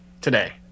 today